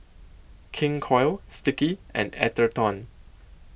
King Koil Sticky and Atherton